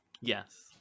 Yes